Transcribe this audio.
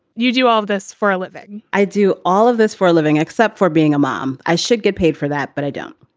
you do all of this for a living? i do all of this for a living, except for being a mom. i should get paid for that, but i don't.